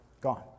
Gone